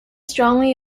strongly